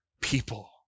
people